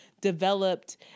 developed